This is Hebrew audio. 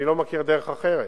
אני לא מכיר דרך אחרת: